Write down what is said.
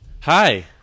Hi